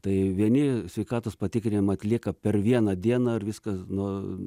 tai vieni sveikatos patikrinimą atlieka per vieną dieną ir viskas nu